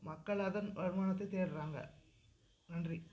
மக்கள் அதன் வருமானத்தைத் தேடுறாங்க நன்றி